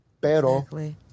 pero